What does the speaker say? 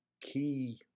key